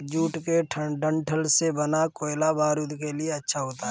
jute के डंठल से बना कोयला बारूद के लिए अच्छा होता है